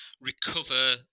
recover